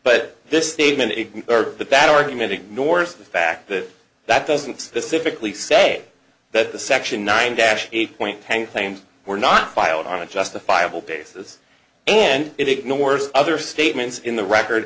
but this statement but that argument ignores the fact that that doesn't specifically say that the section nine dash eight point pen claims were not filed on a justifiable basis and it ignores other statements in the record